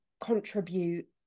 contribute